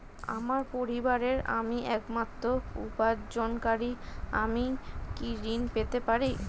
আমার পরিবারের আমি একমাত্র উপার্জনকারী আমি কি ঋণ পেতে পারি?